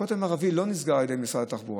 הכותל המערבי לא נסגר על ידי משרד התחבורה.